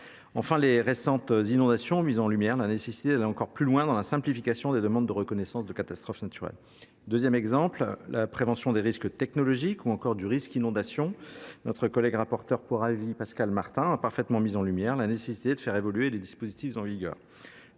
cause, les récentes inondations ont mis en lumière la nécessité d’aller encore plus loin dans la simplification des demandes de reconnaissance de catastrophe naturelle. Pour ce qui est – deuxième exemple – de la prévention des risques technologiques ou encore du risque inondation, notre collègue rapporteur pour avis Pascal Martin a parfaitement mis en lumière la nécessité de faire évoluer les dispositifs en vigueur.